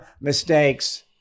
mistakes